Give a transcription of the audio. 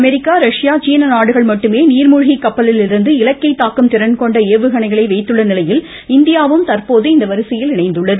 America Russia சீன நாடுகள் மட்டுமே நீர்முழ்கி கப்பலிலிருந்து இலக்கை தாக்கும் திறன்கொண்ட ஏவுகணைகளை வைத்துள்ள நிலையில் இந்தியாவும் தற்போது அவ்வரிசையில் இணைந்துள்ளது